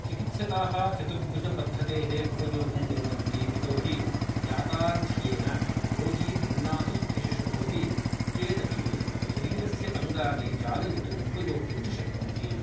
चिकित्सकाः चतुर्भुजपद्धतेः उपयोगं कुर्वन्ति यतोहि याथार्थ्येन रोगी भिन्नासु स्थितिषु भवति चेत् अपि शरीरस्य अङ्गानि चालयितुम् उपयोक्तुं च शक्नोति